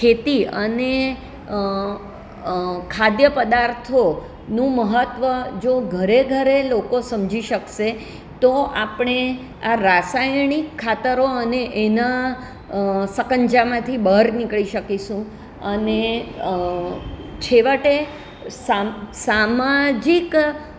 ખેતી અને ખાદ્ય પદાર્થો નું મહત્ત્વ જો ઘરે ઘરે લોકો સમજી શકશે તો આપણે આ રાસાયણિક ખાતરો અને એના સકંજામાંથી બહાર નીકળી શકીશું અને છેવટે સા સામાજિક